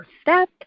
step